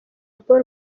paul